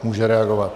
Může reagovat.